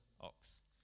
ox